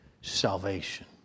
salvation